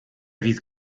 fydd